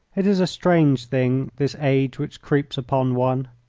it is a strange thing, this age which creeps upon one.